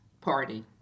Party